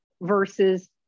versus